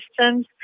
systems